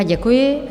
Děkuji.